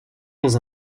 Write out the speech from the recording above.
dans